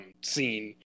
scene